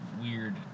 weird